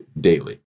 daily